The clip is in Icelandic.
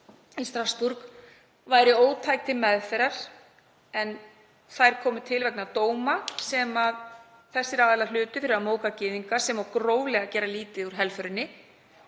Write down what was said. í Strassborg væri ótæk til meðferðar, en þær komu til vegna dóma sem aðilar hlutu fyrir að móðga gyðinga sem og gróflega gera lítið úr helförinni.